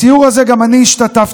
בסיור הזה גם אני השתתפתי,